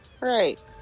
Right